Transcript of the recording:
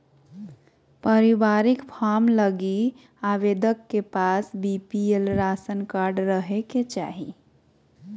पारिवारिक फार्म लगी आवेदक के पास बीपीएल राशन कार्ड रहे के चाहि